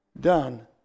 done